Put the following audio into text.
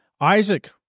Isaac